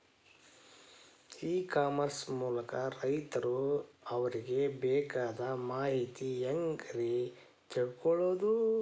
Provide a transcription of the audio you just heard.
E commerce ಮೂಲಕ ರೈತರು ಅವರಿಗೆ ಬೇಕಾದ ಮಾಹಿತಿ ಹ್ಯಾಂಗ ರೇ ತಿಳ್ಕೊಳೋದು?